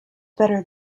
better